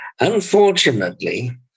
unfortunately